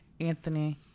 Anthony